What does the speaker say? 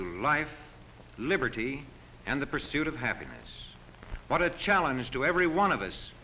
to life liberty and the pursuit of happiness what a challenge to every one of us